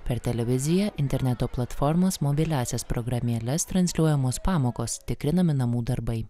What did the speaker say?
per televiziją interneto platformas mobiliąsias programėles transliuojamos pamokos tikrinami namų darbai